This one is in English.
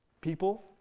people